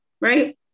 right